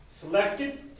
selected